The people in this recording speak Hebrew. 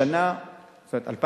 2010,